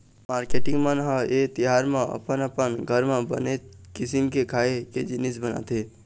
marketing मन ह ए तिहार म अपन अपन घर म बनेच किसिम के खाए के जिनिस बनाथे